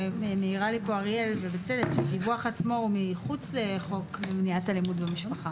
נראה לי שהוא מחוץ לחוק למניעת אלימות במשפחה.